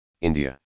India